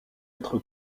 être